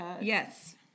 Yes